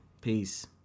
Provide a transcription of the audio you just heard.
peace